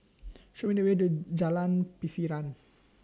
Show Me The Way to Jalan Pasiran